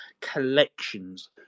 collections